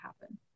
happen